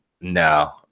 no